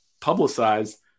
publicized